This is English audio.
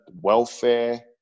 welfare